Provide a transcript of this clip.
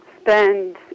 spend